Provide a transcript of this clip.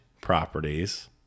properties